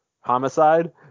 homicide